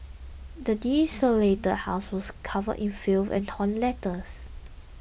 the desolated house was covered in filth and torn letters